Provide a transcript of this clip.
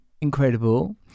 incredible